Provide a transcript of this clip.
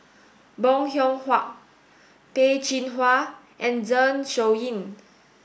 Bong Hiong Hwa Peh Chin Hua and Zeng Shouyin